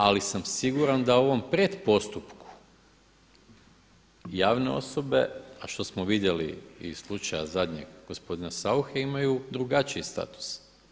Ali sam siguran da u ovom predpostupku javne osobe, a što smo vidjeli i iz slučaja zadnjeg gospodina Sauche imaju drugačiji status.